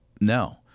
no